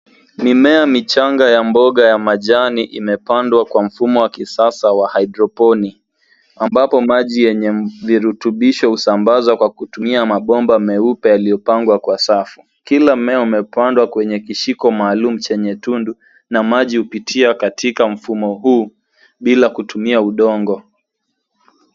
Mimea michanga ya mboga ya majani imepandwa kwa mfumo wa kisasa wa haidroponi ambapo maji yenye virutubisho husambazwa kwa kutumia mabomba meupe yaliyopangwa kwa safu. Kila mmea umepandwa kwenye kishiko maalum chenye tundu na maji hupitia katika mfumo huu bila kutumia udongo.